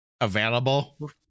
Available